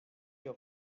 your